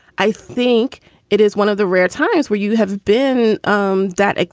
i think it is one of the rare times where you have been um that.